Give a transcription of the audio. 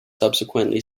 subsequently